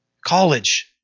College